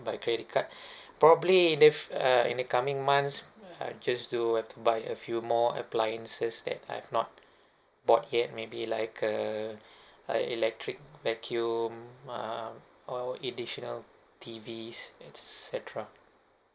by credit card probably in the f~ uh in the coming months I just do have to buy a few more appliances that I've not bought yet maybe like a like electric vacuum um our additional T_Vs et cetera